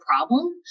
problem